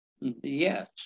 yes